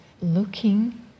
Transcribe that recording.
looking